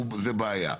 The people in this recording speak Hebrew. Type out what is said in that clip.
זו בעיה,